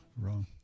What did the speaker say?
Wrong